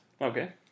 Okay